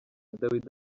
dawidi